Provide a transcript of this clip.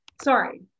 Sorry